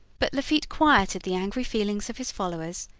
but lafitte quieted the angry feelings of his followers,